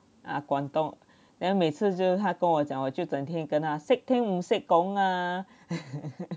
ah 广东 then 每次就是他跟我讲我就整天跟他